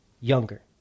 younger